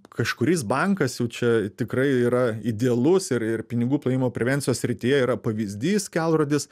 kažkuris bankas jau čia tikrai yra idealus ir ir pinigų plovimo prevencijos srityje yra pavyzdys kelrodis